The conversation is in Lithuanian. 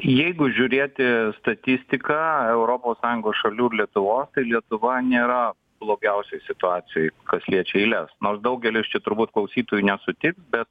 jeigu žiūrėti statistiką europos sąjungos šalių ir lietuvos tai lietuva nėra blogiausioj situacijoj kas liečia eiles nors daugelis čia turbūt klausytojų nesutiks bet